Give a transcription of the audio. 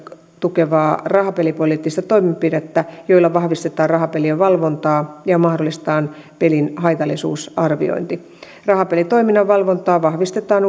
tukevaa rahapelipoliittista toimenpidettä joilla vahvistetaan rahapelien valvontaa ja mahdollistetaan pelien haitallisuusarviointi rahapelitoiminnan valvontaa vahvistetaan